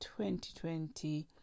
2020